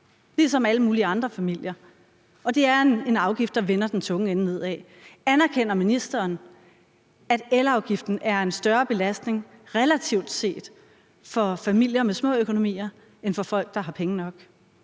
ligesom alle mulige andre familier, og det er en afgift, der vender den tunge ende nedad. Anerkender ministeren, at elafgiften er en større belastning relativt set for familier med små økonomier end for folk, der har penge nok?